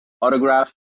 autograph